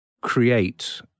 create